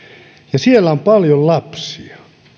ja siellä on paljon lapsia